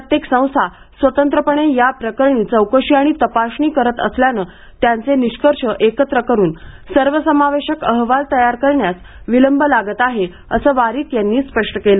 प्रत्येक संस्था स्वतंत्रपणे या प्रकरणी चौकशी आणि तपासणी करत असल्यानं त्यांचे निष्कर्ष एकत्र करुन सर्वसमावेशक अहवाल तयार करण्यास विलंब लागत आहे असं वारिक यांनी स्पष्ट केलं